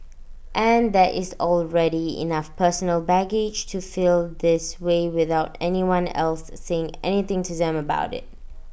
and there is already enough personal baggage to feel this way without anyone else saying anything to them about IT